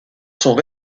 sont